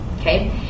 okay